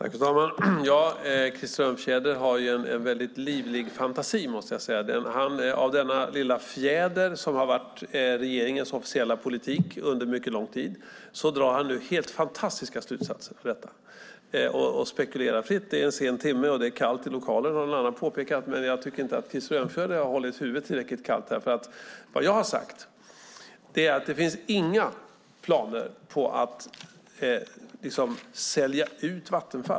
Fru talman! Krister Örnfjäder har en väldigt livlig fantasi måste jag säga. Av denna lilla fjäder, som har varit regeringens officiella politik under lång tid, drar han nu hel del fantastiska slutsatser och spekulerar fritt. Det är en sen timme, och det är kallt i lokalen, som någon annan påpekade, men jag tycker inte att Krister Örnfjäder har hållit huvudet tillräckligt kallt. Vad jag har sagt är att det inte finns några planer på att sälja ut Vattenfall.